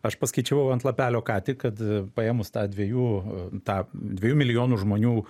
aš paskaičiavau ant lapelio ką tik kad paėmus tą dviejų a tą dviejų milijonų žmonių